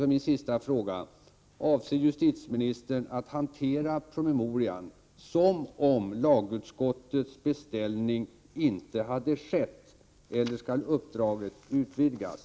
Min sista fråga är: Avser justitieministern hantera promemorian som om lagutskottets beställning inte hade skett, eller skall uppdraget utvidgas?